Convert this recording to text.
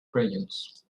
crayons